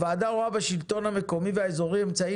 הוועדה רואה בשלטון המקומי והאזורי אמצעי